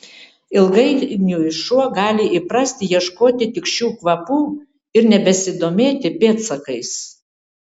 ilgainiui šuo gali įprasti ieškoti tik šių kvapų ir nebesidomėti pėdsakais